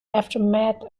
aftermath